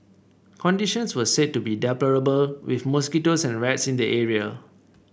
conditions were said to be deplorable with mosquitoes and rats in the area